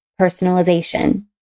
personalization